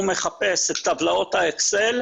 הוא מחפש את טבלאות האקסל,